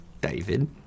David